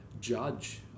judge